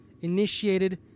initiated